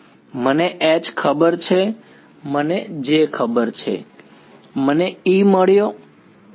મને H ખબર છે મને J ખબર છે મને E મળ્યો બરાબર